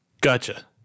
Gotcha